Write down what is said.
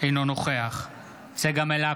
אינו נוכח צגה מלקו,